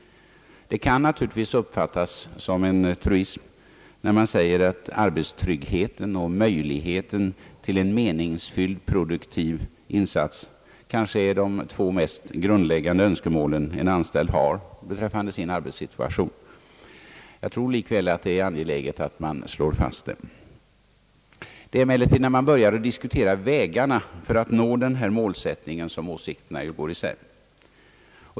Det kan naturligtvis uppfattas som en truism om man säger, att arbetstrygghet och möjlighet att göra en meningsfylld produktiv insats kanske är de två mest grundläggande önskemål en anställd har beträffande sin arbetssituation. Jag tror likväl att det är angeläget att man slår fast detta. Det är emellertid när man börjar diskutera vägarna att nå denna målsättning som åsikterna går isär.